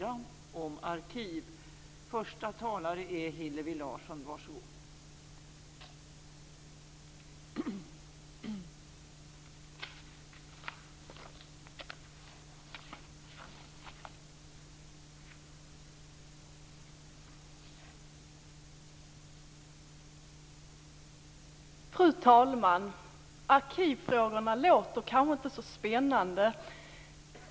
Arkivfrågorna låter kanske inte så spännande.